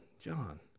John